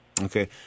Okay